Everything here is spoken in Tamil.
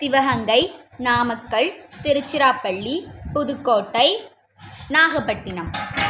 சிவகங்கை நாமக்கல் திருச்சிராப்பள்ளி புதுக்கோட்டை நாகப்பட்டினம்